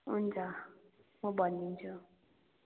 हुन्छ म भनिदिन्छु